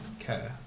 Okay